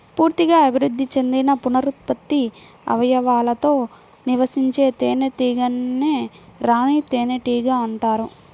పూర్తిగా అభివృద్ధి చెందిన పునరుత్పత్తి అవయవాలతో నివసించే తేనెటీగనే రాణి తేనెటీగ అంటారు